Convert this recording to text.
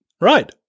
Right